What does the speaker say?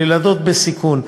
של ילדות בסיכון.